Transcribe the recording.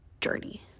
journey